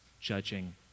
judging